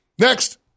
Next